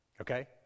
Okay